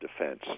defense